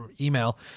email